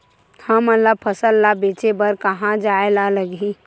हमन ला फसल ला बेचे बर कहां जाये ला लगही?